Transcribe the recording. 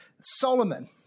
Solomon